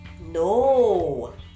no